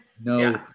No